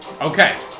Okay